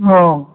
औ